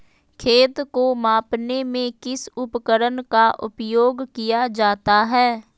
खेत को मापने में किस उपकरण का उपयोग किया जाता है?